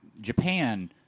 Japan